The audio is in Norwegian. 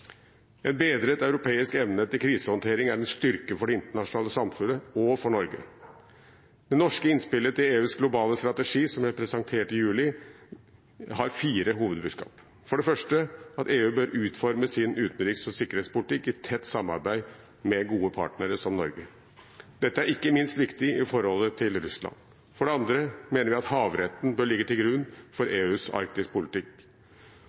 En bedret europeisk evne til krisehåndtering er en styrke for det internasjonale samfunnet og for Norge. Det norske innspillet til EUs globale strategi, som ble presentert i juli, har fire hovedbudskap: For det første at EU bør utforme sin utenriks- og sikkerhetspolitikk i tett samarbeid med gode partnere som Norge. Dette er ikke minst viktig i forholdet til Russland. For det andre mener vi at havretten bør ligge til grunn for EUs Arktis-politikk. For det tredje bør EU og NATO koordinere sin politikk